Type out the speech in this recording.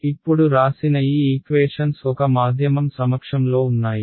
కాబట్టి ఇప్పుడు రాసిన ఈ ఈక్వేషన్స్ ఒక మాధ్యమం సమక్షంలో ఉన్నాయి